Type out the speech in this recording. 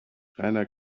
reiner